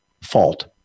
fault